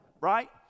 right